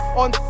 on